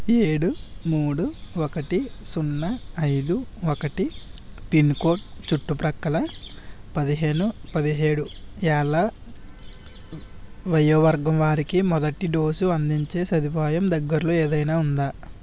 ఏడు మూడు ఒకటి సున్నా ఐదు ఒకటి పిన్కోడ్ చుట్టు ప్రక్కల పదిహేను పదిహేడు ఏళ్ళ వయోవర్గం వారికి మొదటి డోసు అందించే సదుపాయం దగ్గరలో ఏదైనా ఉందా